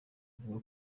avuga